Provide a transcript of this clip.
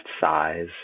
size